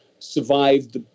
survived